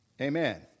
Amen